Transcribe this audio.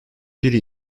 biri